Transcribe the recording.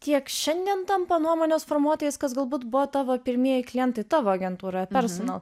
tiek šiandien tampa nuomonės formuotojais kas galbūt buvo tavo pirmieji klientai tavo agentūroje personal